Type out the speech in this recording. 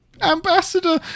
ambassador